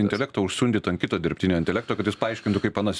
intelektą užsiundyt ant kito dirbtinio intelekto kad jis paaiškintų kaip anas